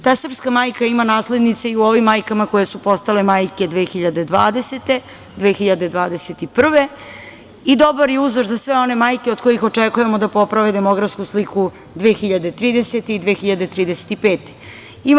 Ta srpska majka ima naslednice i u ovim majkama koje su postale majke 2020. i 2021. godine i dobar je uzor za sve one majke od kojih očekujemo da poprave demografsku sliku 2030. i 2035. godine.